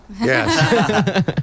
Yes